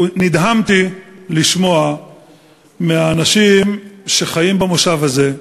נדהמתי לשמוע מהאנשים שחיים במושב הזה,